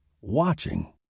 watching